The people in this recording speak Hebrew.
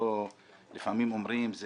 לפעמים אומרים זה